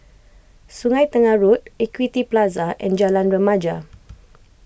Sungei Tengah Road Equity Plaza and Jalan Remaja